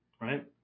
right